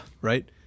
right